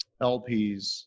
LPs